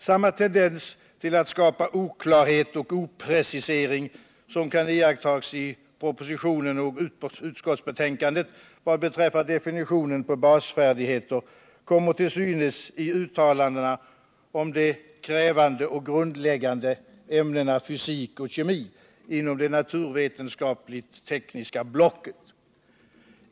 Samma tendens till att skapa oklarhet och oprecisering som kan iakttas i propositionen och utskottsbetänkandet vad beträffar definitionen på basfärdigheten kommer till synes i uttalandena om de krävande och grundläggande ämnena fysik och kemi inom det naturvetenskapligt-tekniska blocket.